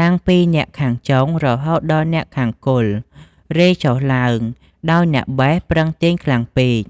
តាំងពីអ្នកខាងចុងរហូតដល់អ្នកខាងគល់ រេចុះឡើង ដោយអ្នកបេះប្រឹងទាញខ្លាំងពេក ។